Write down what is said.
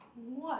what